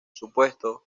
supuesto